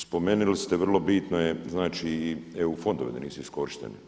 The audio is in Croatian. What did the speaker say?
Spomenuli ste vrlo bitne EU fondove da nisu iskorišteni.